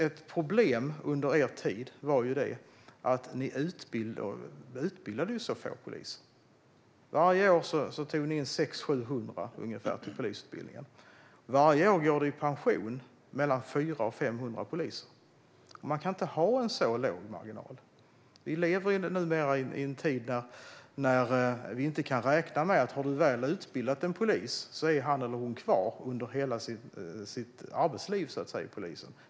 Ett problem under er tid var att ni utbildade så få poliser. Varje år tog ni in 600-700 personer till polisutbildningen, men varje år går 400-500 poliser i pension. Man kan inte ha en så liten marginal. Vi lever numera i en tid då vi inte kan räkna med att en polis som väl har utbildats kommer att vara kvar under hela sitt arbetsliv.